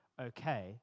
okay